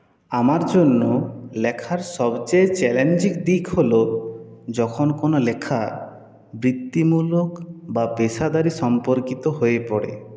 আমার জন্য লেখার সবচেয়ে চ্যালেঞ্জিং দিক হল যখন কোনো লেখা বৃত্তিমূলক বা পেশাদারি সম্পর্কিত হয়ে পড়ে